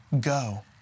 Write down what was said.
go